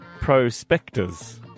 prospectors